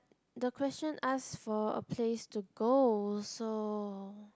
the question ask for a place to go so